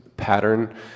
pattern